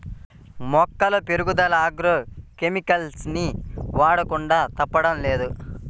మొక్కల పెరుగుదల agro chemicals ని వాడకుండా తప్పడం లేదు